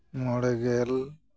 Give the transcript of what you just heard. ᱢᱚᱬᱮᱜᱮᱞ